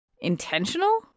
intentional